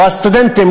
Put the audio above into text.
או הסטודנטים,